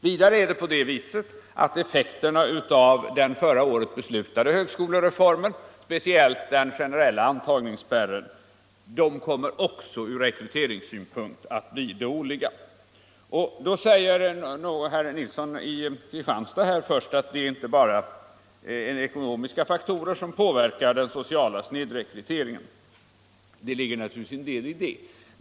Vidare är det på det viset att effekterna av den förra året beslutade högskolereformen, speciellt den generella antagningsspärren, också kommer att bli dåliga från rekryteringssynpunkt. Herr Nilsson i Kristianstad säger först att det inte bara är ekonomiska faktorer som påverkar den sociala snedrekryteringen. Det ligger naturligtvis en del i detta.